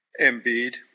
Embiid